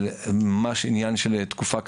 ממש עניין של תקופה קצרה,